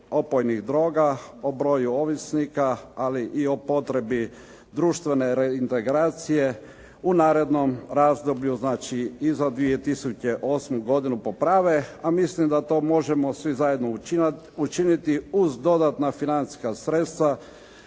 opojnih droga, o broju ovisnika, ali i o potrebi društvene reintegracije u narednom razdoblju znači i za 2008. godinu poprave, a mislim da to možemo svi zajedno učiniti uz dodatna financijska sredstva,